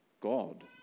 God